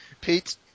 Pete